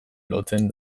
lotzen